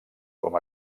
com